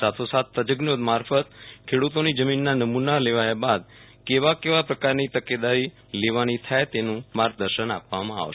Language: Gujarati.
સાથોસાથ તજજો મારફત ખેડૂતોની જમીનના નમૂના લેવાયા બાદ કેવા પ્રકારની તકેદારી લેવાની થાય તેનું માર્ગદર્શન આપવામાં આવશે